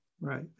right